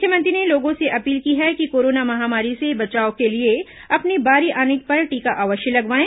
मुख्यमंत्री ने लोगों से अपील की है कि कोरोना महामारी से बचाव के लिए अपनी बारी आने पर टीका अवश्य लगावाएं